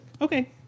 Okay